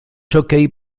jockey